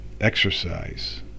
exercise